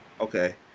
okay